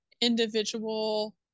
individual